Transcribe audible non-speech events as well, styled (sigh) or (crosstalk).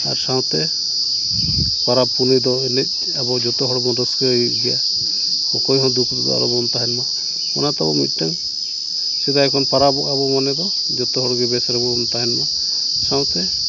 ᱟᱨ ᱥᱟᱶᱛᱮ ᱯᱟᱨᱟᱵᱽᱼᱯᱩᱱᱟᱹᱭ ᱫᱚ (unintelligible) ᱟᱵᱚ ᱡᱚᱛᱚ ᱦᱚᱲᱵᱚᱱ ᱨᱟᱹᱥᱠᱟᱹᱭ ᱜᱮᱭᱟ ᱚᱠᱚᱭᱦᱚᱸ ᱫᱩᱠ ᱨᱮᱫᱚ ᱟᱞᱚᱵᱚᱱ ᱛᱟᱦᱮᱱ ᱢᱟ ᱚᱱᱟᱛᱮ ᱢᱤᱫᱴᱟᱝ ᱥᱮᱫᱟᱭ ᱠᱷᱚᱱ ᱯᱟᱨᱟᱵᱚᱜ ᱟᱵᱚᱱ ᱢᱟᱱᱮᱫᱚ ᱡᱚᱛᱚᱦᱚᱲᱜᱮ ᱵᱮᱥᱨᱮᱵᱚᱱ ᱛᱟᱦᱮᱱ ᱢᱟ ᱥᱟᱶᱛᱮ